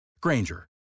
Granger